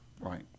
Right